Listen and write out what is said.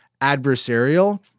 adversarial